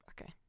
okay